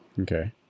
okay